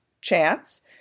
chance